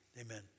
amen